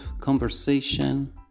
conversation